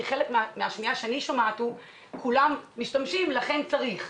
כי חלק ממה שאני שומעת זה כולם משתמשים, לכן צריך.